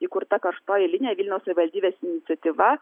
įkurta karštoji linija vilniaus savivaldybės iniciatyva